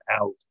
out